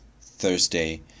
Thursday